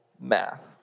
math